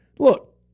Look